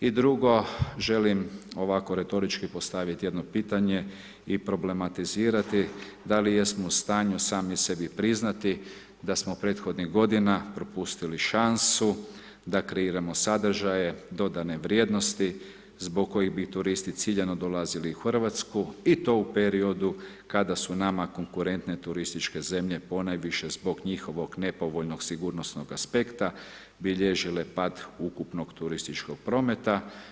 I drugo, želim ovako retorički postaviti jedno pitanje i problematizirati, da li jesmo u stanju sami sebi priznati da smo prethodnih godina propustili šansu da kreiramo sadržaje, dodane vrijednosti zbog kojih bi turisti ciljano dolazili u Hrvatsku i to u periodu kada su nama konkretne turističke zemlje ponajviše zbog njihovog nepovoljno sigurnosnog aspekta bilježile pad ukupnog turističkog prometa.